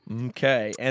Okay